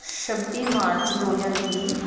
ਛੱਬੀ ਮਾਰਚ ਦੋ ਹਜ਼ਾਰ ਵੀਹ